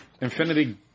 Infinity